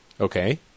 Okay